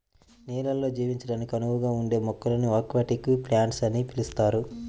నీళ్ళల్లో జీవించడానికి అనువుగా ఉండే మొక్కలను అక్వాటిక్ ప్లాంట్స్ అని పిలుస్తారు